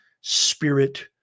spirit